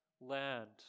land